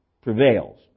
prevails